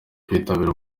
kwitabira